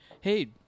hey